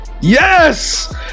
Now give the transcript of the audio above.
yes